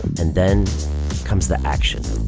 and then comes the action.